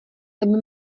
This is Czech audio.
tebe